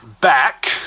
back